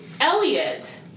Elliot